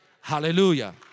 hallelujah